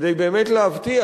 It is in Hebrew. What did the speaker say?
כדי באמת להבטיח